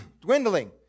dwindling